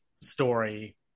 story